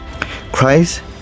Christ